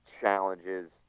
challenges